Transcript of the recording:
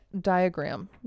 diagram